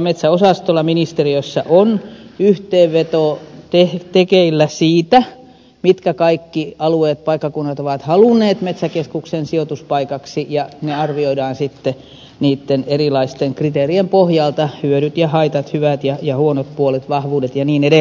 metsäosastolla ministeriössä on yhteenveto tekeillä siitä mitkä kaikki alueet paikkakunnat ovat halunneet metsäkeskuksen sijoituspaikaksi ja ne arvioidaan sitten erilaisten kriteerien pohjalta hyödyt ja haitat hyvät ja huonot puolet vahvuudet ja niin edelleen